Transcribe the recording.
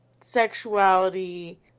sexuality